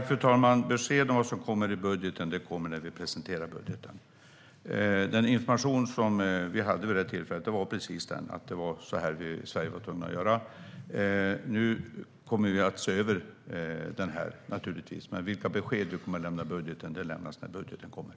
Fru talman! Besked om vad som kommer i budgeten kommer när vi presenterar budgeten. Den information som vi hade vid det tillfället var att det var så Sverige var tvunget att göra. Nu kommer vi naturligtvis att se över skatten, men vilka besked som kommer att lämnas i budgeten lämnas när budgeten kommer.